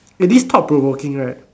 eh this thought provoking right